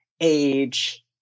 age